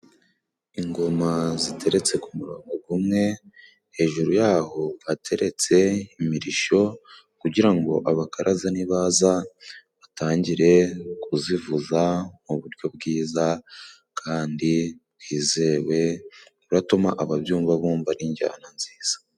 Ingoma ziteretse ku murongo gumwe, hejuru y'aho hateretse imirisho kugira ngo abakaraza nibaza batangire kuzivuza mu buryo bwiza kandi bwizewe, buratuma ababyumva bumva ari injyana nziza.